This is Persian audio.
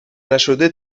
نشده